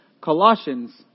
Colossians